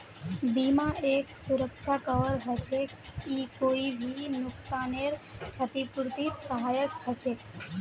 बीमा एक सुरक्षा कवर हछेक ई कोई भी नुकसानेर छतिपूर्तित सहायक हछेक